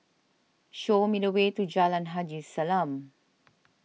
show me the way to Jalan Haji Salam